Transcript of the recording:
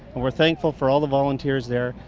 and we're thankful for all the volunteers there,